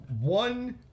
one